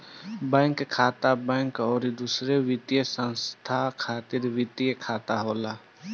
bank खाता, bank अउरी दूसर वित्तीय संस्था खातिर वित्तीय खाता होला